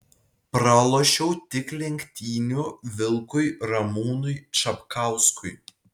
pralošiau tik lenktynių vilkui ramūnui čapkauskui